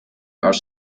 are